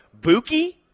Buki